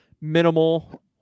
minimal